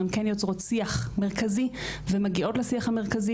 הן כן יוצרות שיח מרכזי ומגיעות לשיח המרכזי,